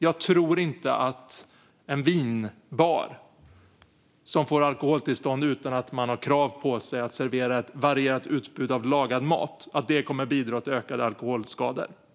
Jag tror inte att en vinbar som får alkoholtillstånd utan att ha krav på sig att servera ett varierat utbud av lagad mat kommer att bidra till ökade alkoholskador.